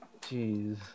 Jeez